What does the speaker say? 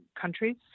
countries